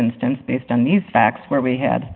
instance based on these facts where we had